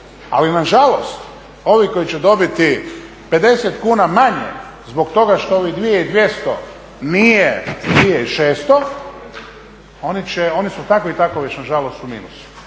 ali nažalost ovi koji će dobiti 50 kuna manje zbog toga što ovih 2200 nije 2600, oni su tako i tako već nažalost u minusu.